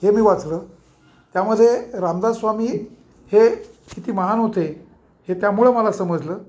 हे मी वाचलं त्यामध्ये रामदास्वामी हे किती महान होते हे त्यामुळं मला समजलं